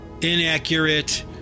inaccurate